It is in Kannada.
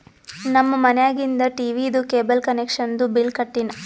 ನಮ್ ಮನ್ಯಾಗಿಂದ್ ಟೀವೀದು ಕೇಬಲ್ ಕನೆಕ್ಷನ್ದು ಬಿಲ್ ಕಟ್ಟಿನ್